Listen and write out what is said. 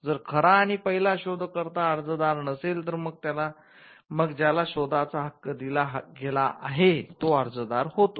जर खरा आणि पहिला शोधकर्ता अर्जदार नसेल तर मग ज्याला शोधाचा हक्क दिला गेला आहे तो अर्जदार होतो